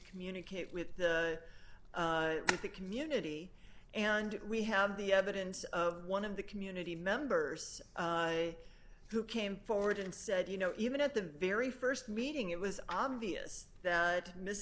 communicate with the community and we have the evidence of one of the community members who came forward and said you know even at the very st meeting it was obvious that miss